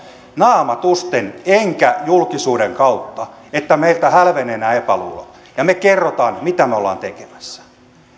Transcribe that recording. naamatusten enkä julkisuuden kautta että meiltä hälvenevät nämä epäluulot ja me kerromme mitä me olemme tekemässä